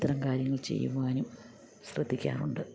ഇത്തരം കാര്യങ്ങൾ ചെയ്യുവാനും ശ്രദ്ധിക്കാറുണ്ട്